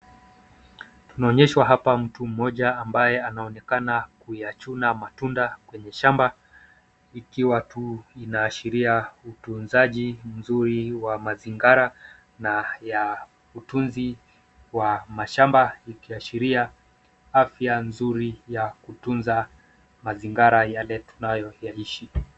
Tunaonyeshwa hapa mtu mmoja ambaye anaonekana kuyachuna matunda kwenye shamba ikiwa tu inaashiria utunzaji mzuri wa mazingira na ya utunzi wa mashamba ikiashiria afya nzuri ya kutunza mazingira yale tunayoyaishi.